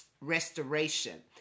restoration